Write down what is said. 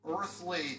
earthly